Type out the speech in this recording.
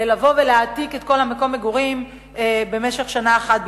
לבוא ולהעתיק את מקום המגורים למשך שנה אחת בלבד.